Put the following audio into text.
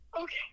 okay